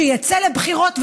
שיצא לבחירות,